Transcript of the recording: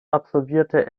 absolvierte